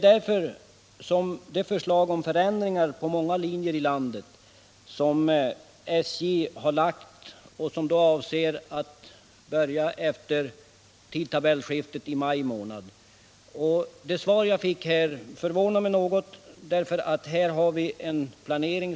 Skall vi få en verkligt attraktiv kollektivtrafik gäller det att se till att vi fåren godtagbar service för dem som bor mellan de större stationerna. Det svar jag fick av kommunikationsministern förvånade mig något. Här har pågått en planering.